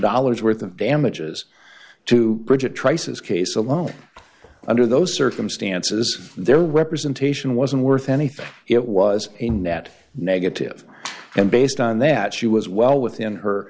dollars worth of damages to bridgette traces case alone under those circumstances their representation wasn't worth anything it was a net negative and based on that she was well within her